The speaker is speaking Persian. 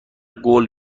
قول